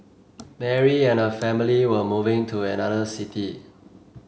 Mary and her family were moving to another city